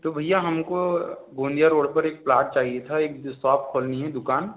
तो भैया हमको भोंदीया रोड पर एक प्लॉट चाहिए था एक शॉप खोलनी है दुकान